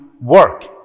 work